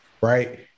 right